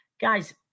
guys